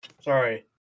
Sorry